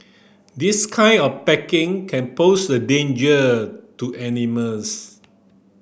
this kind of packaging can pose a danger to animals